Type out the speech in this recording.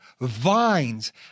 vines